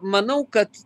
manau kad